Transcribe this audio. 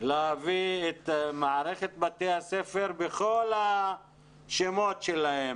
להביא את מערכת בתי הספר בכל השמות שלהם,